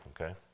okay